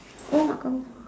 oh mak kau